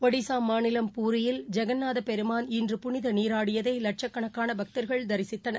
ஒடிசா மாநிலம் பூரியில் ஜக்நாத பெருமான் இன்று புனித நீராடியதை லட்சக்கணக்கான பக்தங்கள் தரிசித்தார்கள்